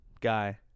guy